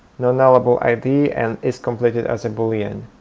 non-nullable id, and iscompleted as a boolean.